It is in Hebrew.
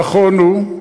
נכון הוא,